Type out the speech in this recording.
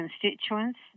constituents